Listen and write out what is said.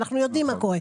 אנחנו יודעים מה קורה.